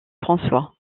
françois